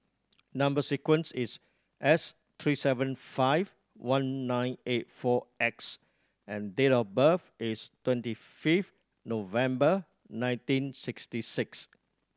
number sequence is S three seven five one nine eight four X and date of birth is twenty fifth November nineteen sixty six